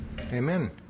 Amen